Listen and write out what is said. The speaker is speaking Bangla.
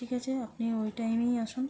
ঠিক আছে আপনি ওই টাইমেই আসুন